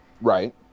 Right